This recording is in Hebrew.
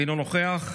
אינו נוכח,